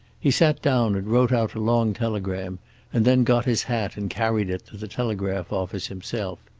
he sat down and wrote out a long telegram and then got his hat and carried it to the telegraph office himself.